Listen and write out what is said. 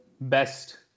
best